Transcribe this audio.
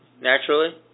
naturally